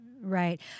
Right